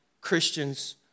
Christians